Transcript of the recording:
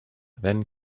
then